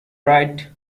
right